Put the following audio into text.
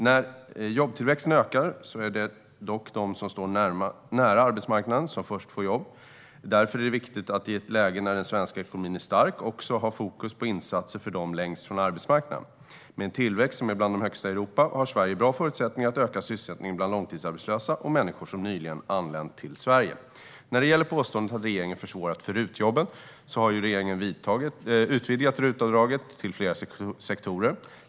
När jobbtillväxten ökar är det dock de som står nära arbetsmarknaden som först får jobb. Därför är det viktigt att i ett läge när den svenska ekonomin är stark också ha fokus på insatser för de längst från arbetsmarknaden. Med en tillväxt som är bland de högsta i Europa har Sverige bra förutsättningar att öka sysselsättningen bland långtidsarbetslösa och människor som nyligen anlänt till Sverige När det gäller påståendet att regeringen försvårat för RUT-jobben så har ju regeringen utvidgat RUT-avdraget till fler sektorer.